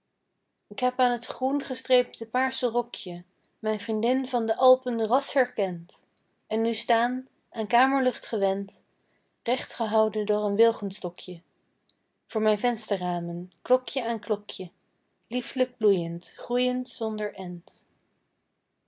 k heb aan t groen gestreepte paarse rokje mijn vriendin van de alpen ras herkend en nu staan aan kamerlucht gewend recht gehouden door een wilgestokje voor mijn vensterramen klokje aan klokje lieflijk bloeiend groeiend zonder end